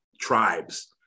tribes